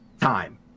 time